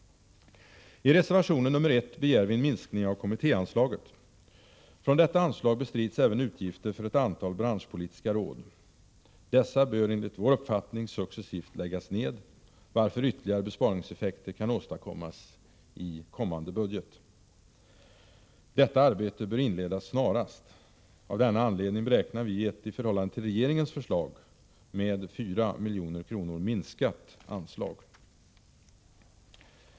I reservation nr 1 begär vi en minskning av kommittéanslaget. Från detta anslag bestrids även utgifter för ett antal branschpolitiska råd. Dessa bör enligt vår uppfattning successivt läggas ned, varför ytterligare besparingseffekter kan åstadkommas i kommande budget. Detta arbete bör inledas snarast. Av denna anledning beräknar vi ett, i förhållande till regeringens förslag, med 4 milj.kr. minskat anslag.